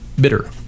bitter